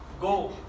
go